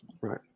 Right